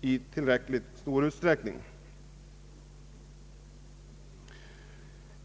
i tillräckligt stor utsträckning.